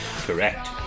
correct